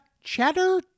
Cheddar